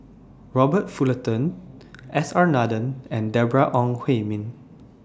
Robert Fullerton S R Nathan and Deborah Ong Hui Min